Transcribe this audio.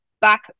back